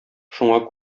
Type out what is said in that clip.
шуңа